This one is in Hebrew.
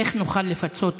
איך נוכל לפצות אותך?